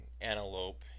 antelope